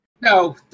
No